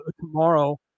tomorrow